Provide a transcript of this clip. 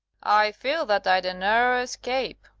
i feel that i'd a narrer escape.